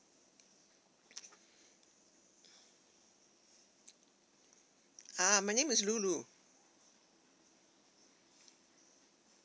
ah my name is lu lu